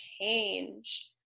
change